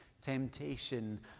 temptation